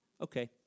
Okay